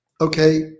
Okay